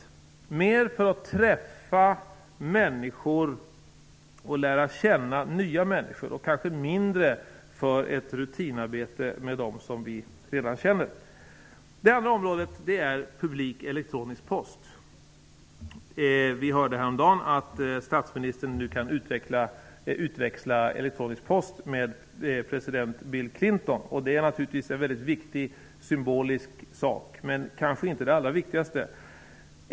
Det blir mer för att träffa människor och lära känna nya människor och kanske mindre för ett rutinarbete med dem som vi redan känner. Det andra området är publik elektronisk post. Vi hörde häromdagen att statsministern nu kan utväxla elektronisk post med president Bill Clinton. Det är naturligtvis en mycket viktig symbolisk sak, men kanske inte det allra viktigaste.